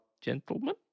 gentlemen